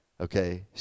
Okay